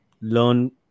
learn